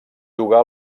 jugar